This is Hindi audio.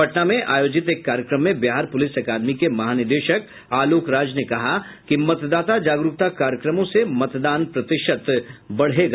पटना में आयोजित एक कार्यक्रम में बिहार प्रलिस अकादमी के महानिदेशक आलोक राज ने कहा कि मतदाता जागरूकता कार्यक्रमों से मतदान प्रतिशत बढ़ेगा